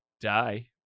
die